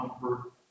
comfort